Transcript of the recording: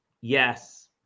Yes